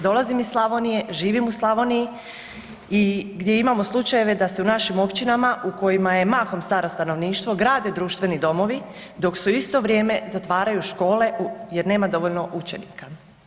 Dolazim iz Slavonije, živim u Slavoniji gdje imamo slučajeve da se u našim općinama u kojima je mahom staro stanovništvo grade društveni domovi, dok se u isto vrijeme zatvaraju škole jer nema dovoljno učenika.